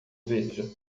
veja